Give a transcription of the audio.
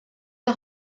the